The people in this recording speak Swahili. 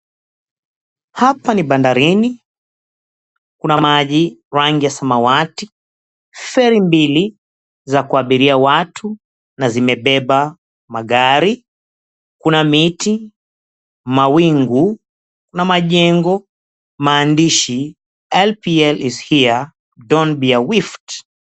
Hapa ni bandarini, kuna maji rangi ya samawati, feri mbili za kuabiria watu na zimebeba magari. Kuna miti, mawingu na majengo. Maandishi, "EPL IS HERE! DON'T BE A WIFT."